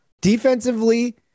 defensively